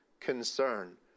concern